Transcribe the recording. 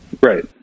Right